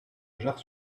jard